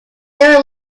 are